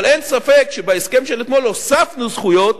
אבל אין ספק שבהסכם של אתמול הוספנו זכויות,